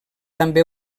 també